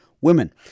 Women